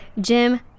Jim